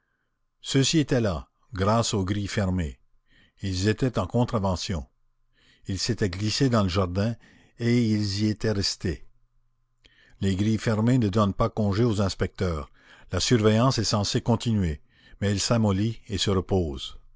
ceux-ci étaient là grâce aux grilles fermées ils étaient en contravention ils s'étaient glissés dans le jardin et ils y étaient restés les grilles fermées ne donnent pas congé aux inspecteurs la surveillance est censée continuer mais elle s'amollit et se repose